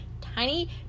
Tiny